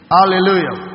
Hallelujah